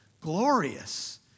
Glorious